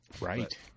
Right